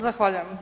Zahvaljujem.